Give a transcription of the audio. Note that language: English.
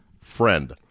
friend